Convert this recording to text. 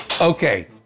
Okay